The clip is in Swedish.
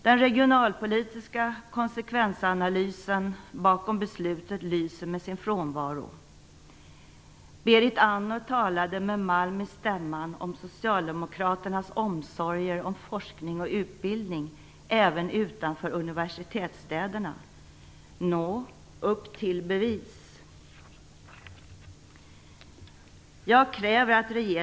Den regionalpolitiska konsekvensanalysen bakom beslutet lyser med sin frånvaro. Berit Andnor talade med malm i stämman om Socialdemokraternas omsorger om forskning och utbildning även utanför universitetsstäderna. Nå - upp till bevis!